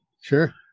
sure